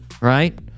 right